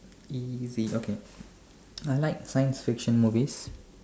easy okay I like science fiction movies